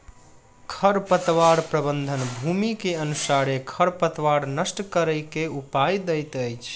खरपतवार प्रबंधन, भूमि के अनुसारे खरपतवार नष्ट करै के उपाय दैत अछि